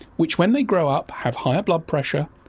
which when they grow up have higher blood pressure,